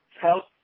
help